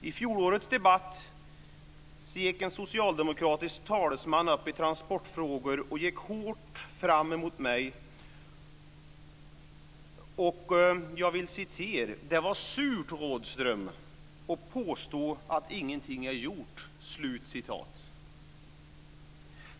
I fjolårets debatt gick en socialdemokratisk talesman i transportfrågor upp och gick hårt fram mot mig: "Det var surt, Rådhström, att påstå att ingenting är gjort."